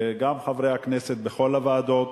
וגם חברי הכנסת בכל הוועדות,